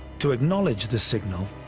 to acknowledge the signal,